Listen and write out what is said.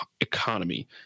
economy